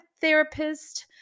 therapist